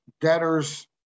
debtors